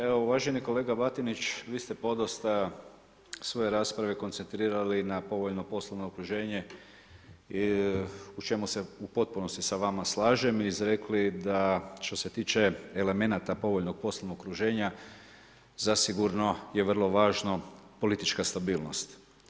Evo, uvaženi kolega Batinić, vi ste podosta svoje rasprave koncentrirali na povoljno poslovno okruženje u čemu se u potpunosti s vama slažem i izrekli da što se tiče elemenata povoljnog poslovnog okruženja zasigurno je vrlo važno politička stabilnost.